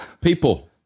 People